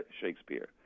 Shakespeare